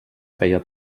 feia